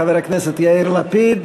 חבר הכנסת יאיר לפיד.